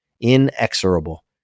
Inexorable